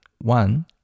one